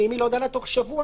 ואם היא לא דנה תוך שבוע